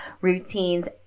routines